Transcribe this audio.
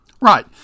Right